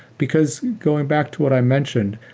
because going back to what i mentioned,